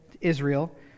Israel